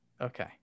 Okay